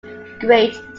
great